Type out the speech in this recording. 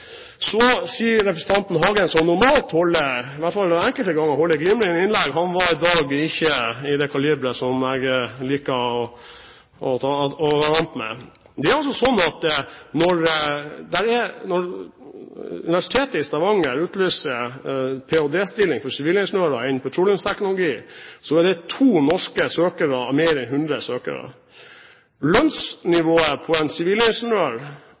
Så til representanten Aksel Hagen, som normalt – i hvert fall enkelte ganger – holder glimrende innlegg. Han var i dag ikke av det kaliberet som jeg liker å være vant til. Når Universitetet i Stavanger utlyser en ph.d.-stilling for sivilingeniører innen petroleumsteknologi, er det to norske søkere av mer enn hundre søkere. Lønnsnivået for en